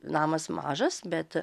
namas mažas bet